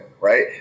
right